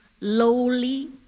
lowly